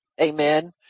Amen